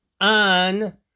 on